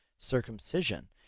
circumcision